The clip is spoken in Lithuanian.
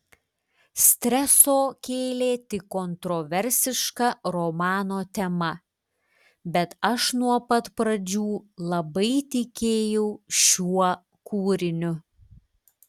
streso kėlė tik kontroversiška romano tema bet aš nuo pat pradžių labai tikėjau šiuo kūriniu